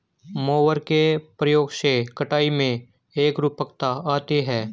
mower के प्रयोग से कटाई में एकरूपता आती है